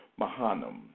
Mahanam